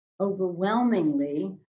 Overwhelmingly